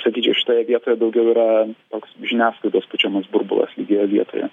sakyčiau šitoje vietoje daugiau yra toks žiniasklaidos pučiamas burbulas lygioje vietoje